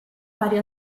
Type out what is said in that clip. pari